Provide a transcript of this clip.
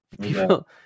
People